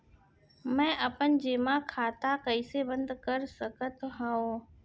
मै अपन जेमा खाता कइसे बन्द कर सकत हओं?